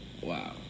wow